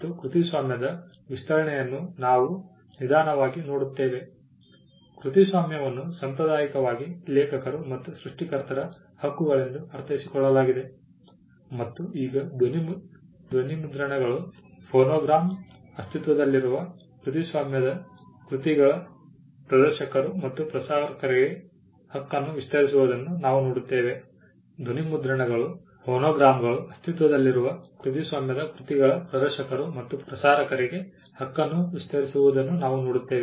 ಮತ್ತು ಕೃತಿಸ್ವಾಮ್ಯದ ವಿಸ್ತರಣೆಯನ್ನು ನಾವು ನಿಧಾನವಾಗಿ ನೋಡುತ್ತೇವೆ ಕೃತಿಸ್ವಾಮ್ಯವನ್ನು ಸಾಂಪ್ರದಾಯಿಕವಾಗಿ ಲೇಖಕರು ಮತ್ತು ಸೃಷ್ಟಿಕರ್ತರ ಹಕ್ಕುಗಳೆಂದು ಅರ್ಥೈಸಿಕೊಳ್ಳಲಾಗಿದೆ ಮತ್ತು ಈಗ ಧ್ವನಿ ಧ್ವನಿಮುದ್ರಣಗಳು ಫೋನೋಗ್ರಾಮ್ಗಳು ಅಸ್ತಿತ್ವದಲ್ಲಿರುವ ಕೃತಿಸ್ವಾಮ್ಯದ ಕೃತಿಗಳ ಪ್ರದರ್ಶಕರು ಮತ್ತು ಪ್ರಸಾರಕರಿಗೆ ಹಕ್ಕನ್ನು ವಿಸ್ತರಿಸುವುದನ್ನು ನಾವು ನೋಡುತ್ತೇವೆ